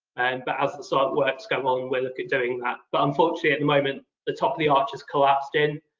and but as the site works go on, we'll look at doing that. but unfortunately at the and moment, the top of the arch has collapsed in,